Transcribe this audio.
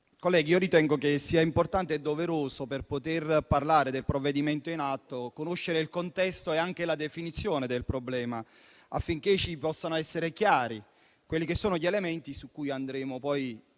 colleghi, ritengo sia importante e doveroso, per poter parlare del provvedimento in atto, conoscere il contesto e anche la definizione del problema, affinché ci possano essere chiari quelli che sono gli elementi su cui andremo poi con le